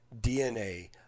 DNA